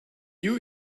you